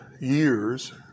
years